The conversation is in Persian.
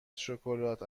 شکلات